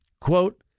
Quote